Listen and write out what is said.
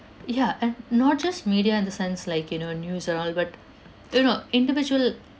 ya and not just media in the sense like you know news and all but you know individual